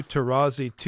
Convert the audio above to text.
Tarazi